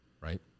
Right